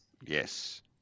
Yes